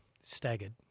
Staggered